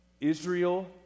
Israel